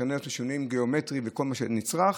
שינויים גיאומטריים וכל מה שנצרך,